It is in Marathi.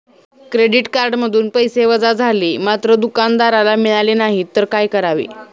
क्रेडिट कार्डमधून पैसे वजा झाले मात्र दुकानदाराला मिळाले नाहीत तर काय करावे?